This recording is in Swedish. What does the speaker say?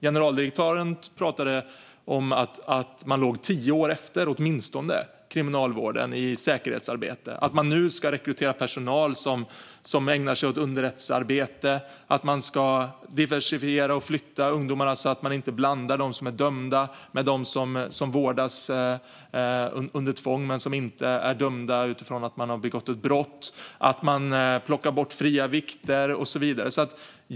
Generaldirektören pratade om att man låg åtminstone tio år efter Kriminalvården i säkerhetsarbetet. Man ska nu rekrytera personal som ägnar sig åt underrättelsearbete, man ska diversifiera och flytta ungdomarna så att man inte blandar dem som är dömda för att ha begått brott med dem som vårdas under tvång men inte är dömda, man plockar bort fria vikter och så vidare.